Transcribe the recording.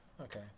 Okay